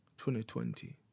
2020